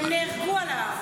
הם נהרגו על ההר.